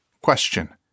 Question